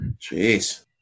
Jeez